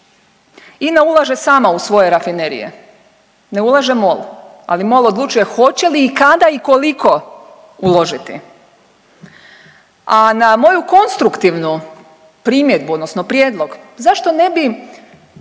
INA ulaže sama u svoje rafinerije, ne ulaže MOL. Ali MOL odlučuje hoće li i kada i koliko uložiti, a na moju konstruktivnu primjedbu, odnosno prijedlog zašto ne bi